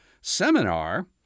seminar